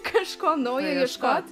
kažko naujo ieškot